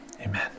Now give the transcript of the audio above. Amen